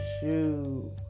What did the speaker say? Shoe